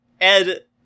Ed